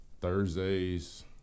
Thursdays